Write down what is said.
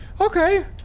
okay